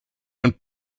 and